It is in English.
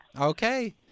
Okay